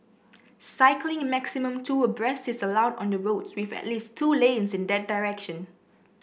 cycling maximum two abreast is allowed on the roads with at least two lanes in that direction